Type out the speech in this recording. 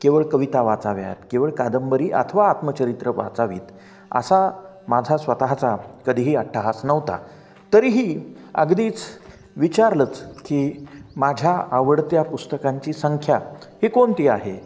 केवळ कविता वाचाव्यात केवळ कादंबरी अथवा आत्मचरित्र वाचावीत असा माझा स्वतःचा कधीही अट्टहास नव्हता तरीही अगदीच विचारलंच की माझ्या आवडत्या पुस्तकांची संख्या ही कोणती आहे